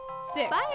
six